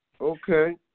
Okay